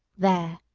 there,